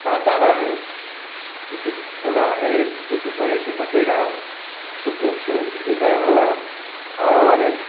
वातावरण दूषित होगा प्रदूषित होने से बचेगा शुद्ध शुद्धीकरण होगा और